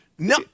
No